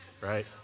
right